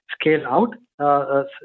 scale-out